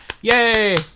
Yay